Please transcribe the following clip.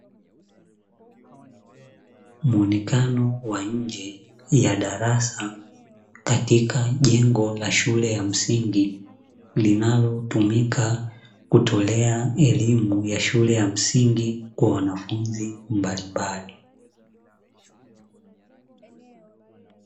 Mwonekano wa nje ya darasa katika jengo la shule ya msingi, linalotumika kutolea elimu ya shule ya msingi kwa wanafunzi mbalimbali.